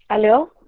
hello?